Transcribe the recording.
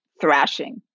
thrashing